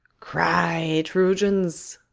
cry, troyans.